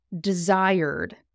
desired